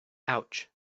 ouch